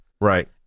Right